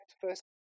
first